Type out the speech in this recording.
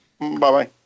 Bye-bye